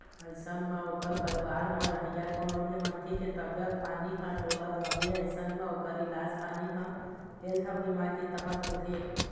अइसन म ओखर परिवार म रहइया कोनो भी मनखे के तबीयत पानी ह डोलत हवय अइसन म ओखर इलाज पानी ह हेल्थ बीमा के तहत होथे